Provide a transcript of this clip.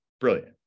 brilliant